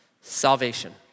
salvation